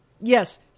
Yes